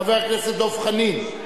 חבר הכנסת דב חנין,